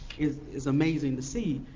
is is amazing to see.